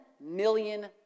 million